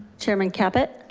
chairman caput.